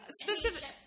specific